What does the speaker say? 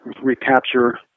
recapture